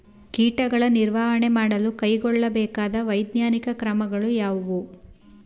ಕೀಟಗಳ ನಿರ್ವಹಣೆ ಮಾಡಲು ಕೈಗೊಳ್ಳಬೇಕಾದ ವೈಜ್ಞಾನಿಕ ಕ್ರಮಗಳು ಯಾವುವು?